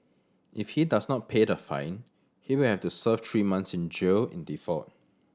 if he does not pay the fine he will have to serve three months in jail in default